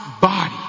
body